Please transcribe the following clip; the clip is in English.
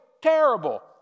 terrible